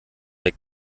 weg